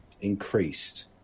increased